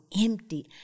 empty